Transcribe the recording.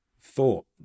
thought